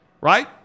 right